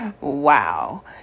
Wow